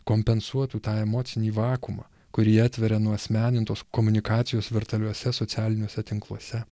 kompensuotų tą emocinį vakuumą kurį atveria nuasmenintos komunikacijos virtualiuose socialiniuose tinkluose